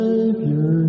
Savior